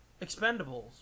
Expendables